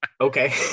okay